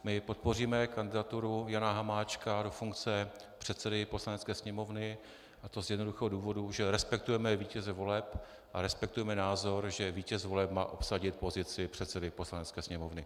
My podpoříme kandidaturu Jana Hamáčka do funkce předsedy Poslanecké sněmovny, a to z jednoduchého důvodu, že respektujeme vítěze voleb a respektujeme názor, že vítěz voleb má obsadit pozici předsedy Poslanecké sněmovny.